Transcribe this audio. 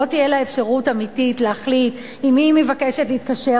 לא תהיה לה אפשרות אמיתית להחליט עם מי היא מבקשת להתקשר.